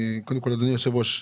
קודם כל אדוני היושב-ראש,